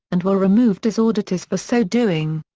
and were removed as auditors for so doing.